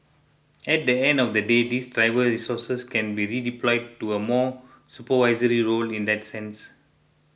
at the end of the day these driver resources can be redeployed to a more supervisory role in that sense